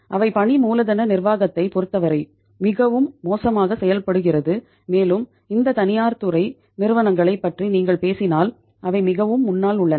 அவை பணி மூலதன நிர்வாகத்தைப் பொருத்தவரை மிகவும் மோசமாக செயல்படுகிறது மேலும் இந்த தனியார் துறை நிறுவனங்களைப் பற்றி நீங்கள் பேசினால் அவை மிகவும் முன்னால் உள்ளன